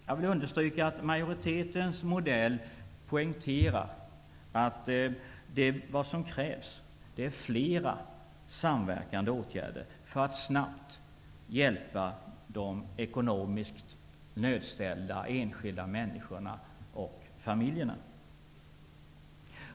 Jag vill understryka att majoritetens modell poängterar att det krävs flera samverkande åtgärder för att man snabbt skall kunna hjälpa de ekonomiskt nödställda enskilda människorna och familjerna.